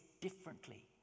differently